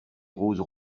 roses